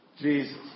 Jesus